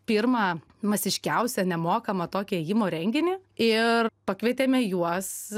pirmą masiškiausią nemokamą tokį ėjimo renginį ir pakvietėme juos